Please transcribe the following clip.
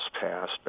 passed